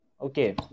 Okay